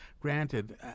granted